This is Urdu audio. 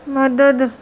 مدد